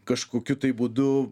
kažkokiu tai būdu